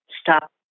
stop